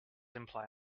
imply